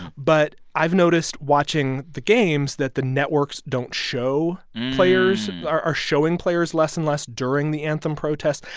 but i've noticed watching the games that the networks don't show players are are showing players less and less during the anthem protests.